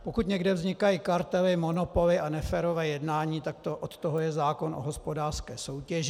Pokud někde vznikají kartely, monopoly a neférové jednání, od toho je zákon o hospodářské soutěži.